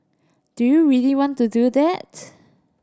do you really want to do that